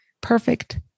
perfect